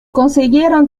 consiguieron